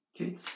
Okay